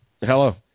Hello